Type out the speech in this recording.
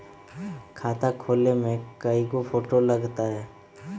खाता खोले में कइगो फ़ोटो लगतै?